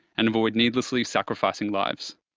and avoid needlessly sacrificing lives.